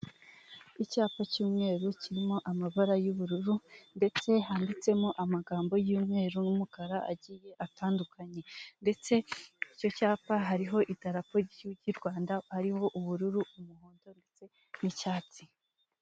Icyapa cy'umweru kirimo amabara y'ubururu ndetse handitsemo amagambo y'umweru n'umukara agiye atandukanye, ndetse icyo cyapa hariho idarapo ry'igihugu cy'u Rwanda hariho ubururu, umuhondo ndetse n'icyatsi.